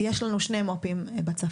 יש לנו שני מו"פים בצפון,